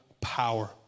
power